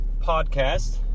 podcast